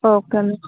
okay